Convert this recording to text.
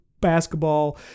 basketball